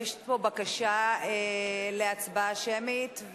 יש פה בקשה להצבעה שמית,